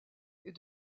est